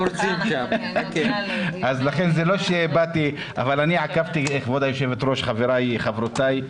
אבל אני עקבתי, כבוד היושבת-ראש, חבריי, חברותיי,